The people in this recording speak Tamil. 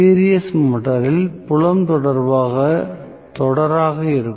சீரிஸ் மோட்டரில் புலம் தொடராக இருக்கும்